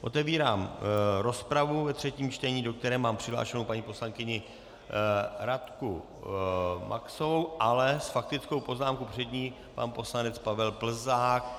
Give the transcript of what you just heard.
Otevírám rozpravu ve třetím čtení, do které mám přihlášenu paní poslankyni Radku Maxovou, ale s faktickou poznámkou před ní pan poslanec Pavel Plzák.